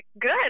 good